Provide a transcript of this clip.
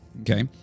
okay